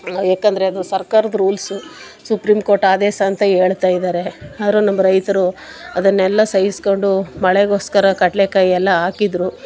ಏಕೆಂದ್ರೆ ಅದು ಸರ್ಕಾರದ ರೂಲ್ಸು ಸುಪ್ರೀಂ ಕೋರ್ಟ್ ಆದೇಶ ಅಂತ ಹೇಳ್ತಾಯಿದ್ದಾರೆ ಆದರೂ ನಮ್ಮ ರೈತರು ಅದನ್ನೆಲ್ಲ ಸಹಿಸ್ಕೊಂಡು ಮಳೆಗೋಸ್ಕರ ಕಡಲೇಕಾಯಿ ಎಲ್ಲ ಹಾಕಿದ್ದರು